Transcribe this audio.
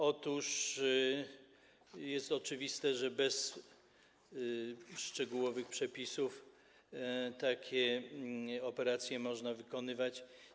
Otóż jest oczywiste, że bez szczegółowych przepisów takie operacje można wykonywać.